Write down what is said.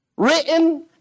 written